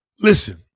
Listen